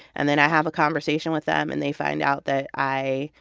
and then i have a conversation with them, and they find out that i,